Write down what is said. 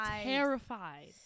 terrified